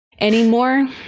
anymore